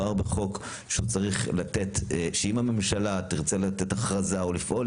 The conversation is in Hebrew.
כל העניין הוא שאם הממשלה תרצה להכריז או לפעול,